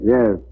Yes